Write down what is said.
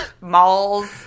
Malls